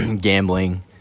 gambling